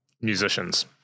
musicians